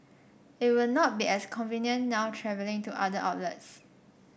it will not be as convenient now travelling to the other outlets